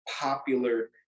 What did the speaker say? popular